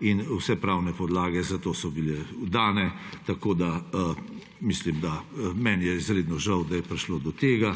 in vse pravne podlage za to so bile dane. Meni je izredno žal, da je prišlo do tega,